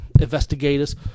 investigators